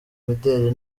imideli